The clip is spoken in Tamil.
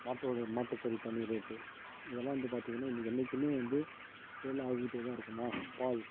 மாட்டோடய மாட்டுக்கறி தனி ரேட்டு இதெல்லாம் வந்து பார்த்தீங்கன்னா இன்னிக்கு என்றைக்குமே வந்து சேல் ஆகிக்கிட்டே தான் இருக்குமா பால்